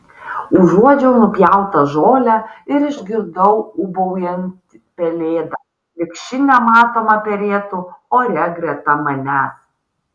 užuodžiau nupjautą žolę ir išgirdau ūbaujant pelėdą lyg ši nematoma perėtų ore greta manęs